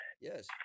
Yes